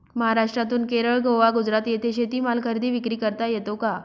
महाराष्ट्रातून केरळ, गोवा, गुजरात येथे शेतीमाल खरेदी विक्री करता येतो का?